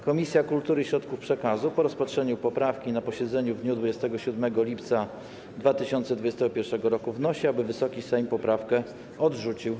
Komisja Kultury i Środków Przekazu po rozpatrzeniu poprawki na posiedzeniu w dniu 27 lipca 2021 r. wnosi, aby Wysoki Sejm poprawkę odrzucił.